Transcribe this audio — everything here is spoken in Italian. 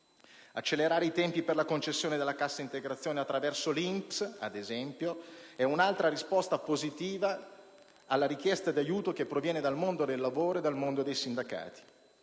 Accelerare i tempi per la concessione della cassa integrazione attraverso l'INPS, ad esempio, è un'altra risposta positiva alla richiesta d'aiuto che proviene dal mondo del lavoro e dai sindacati.